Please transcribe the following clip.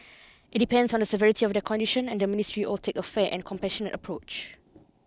it depends on the severity of their condition and the ministry or take a fair and compassionate approach